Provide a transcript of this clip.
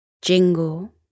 Jingle